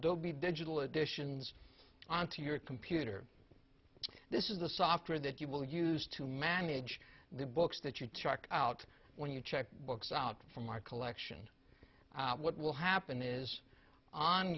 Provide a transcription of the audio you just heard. dobe digital editions onto your computer this is the software that you will use to manage the books that your truck out when you check books out from our collection what will happen is on